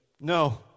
No